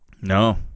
No